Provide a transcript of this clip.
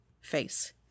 face